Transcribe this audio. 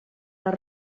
les